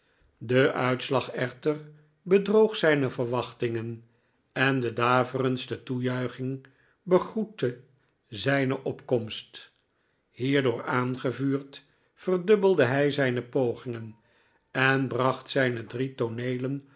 de uitslag echter bedroog zijne verwachtingen en de daverendste toejuiching begroette zijne opkomst hierdoor aangevuurd verdubbelde hij zijne pogingen en bracht zijne drie